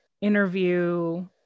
interview